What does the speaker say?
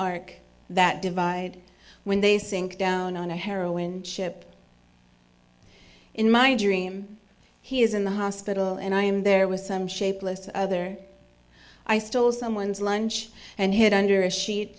arc that divide when they sink down on a heroin ship in my dream he is in the hospital and i am there was some shapeless other i stole someone's lunch and hid under a sheet